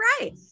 right